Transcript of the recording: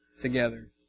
together